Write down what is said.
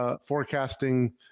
forecasting